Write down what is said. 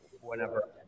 whenever